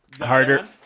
harder